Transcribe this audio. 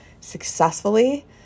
successfully